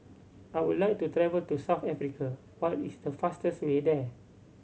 I would like to travel to South Africa what is the fastest way there